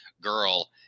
girl